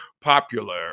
popular